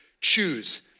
choose